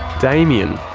damien.